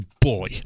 boy